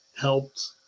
helped